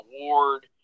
award